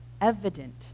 evident